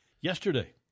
yesterday